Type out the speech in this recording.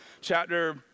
chapter